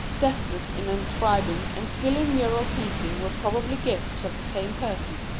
deftness in inscribing, and skill in mural painting were probably gifts of the same person.